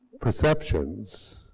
perceptions